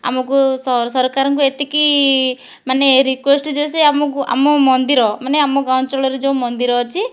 ଆମକୁ ସରକାରଙ୍କୁ ଏତିକି ମାନେ ରିକ୍ୱେଷ୍ଟ ଯେ ସେ ଆମକୁ ଆମ ମନ୍ଦିର ମାନେ ଆମ ଅଞ୍ଚଳରେ ଯେଉଁ ମନ୍ଦିର ଅଛି